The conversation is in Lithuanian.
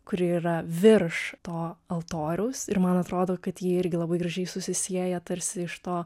kuri yra virš to altoriaus ir man atrodo kad ji irgi labai gražiai susisieja tarsi iš to